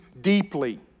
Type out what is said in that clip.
deeply